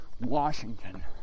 Washington